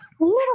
little